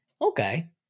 Okay